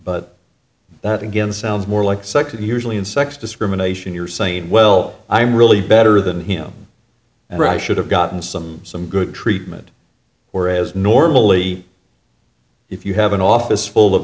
but that again sounds more like sex and here's really in sex discrimination you're saying well i'm really better than him and should have gotten some some good treatment or as normally if you have an office full of